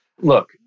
Look